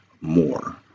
more